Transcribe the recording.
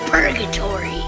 Purgatory